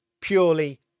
purely